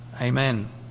amen